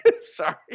Sorry